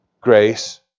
Grace